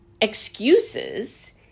excuses